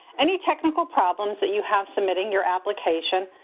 any technical problems that you have submitting your application,